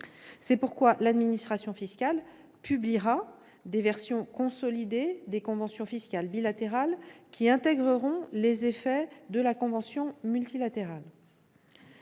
C'est pourquoi l'administration fiscale publiera des versions consolidées des conventions fiscales bilatérales qui intégreront les effets de la convention multilatérale.